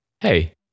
hey